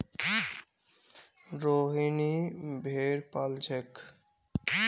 रोहिनी भेड़ पा ल छेक